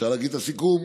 אפשר להגיד את הסיכום?